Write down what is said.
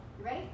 Right